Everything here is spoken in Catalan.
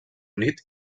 unit